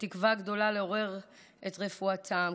בתקווה גדולה לעורר את רפואתם,